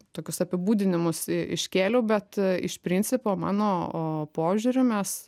tokius apibūdinimus iškėliau bet iš principo mano požiūriu mes